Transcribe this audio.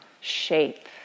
shape